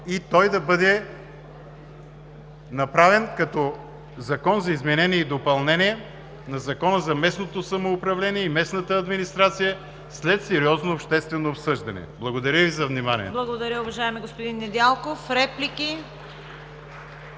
и да бъде направен като Закон за изменение и допълнение на Закона за местното самоуправление и местната администрация, след сериозно обществено обсъждане. Благодаря Ви за вниманието. ПРЕДСЕДАТЕЛ ЦВЕТА КАРАЯНЧЕВА: Благодаря, уважаеми господин Недялков. Реплики?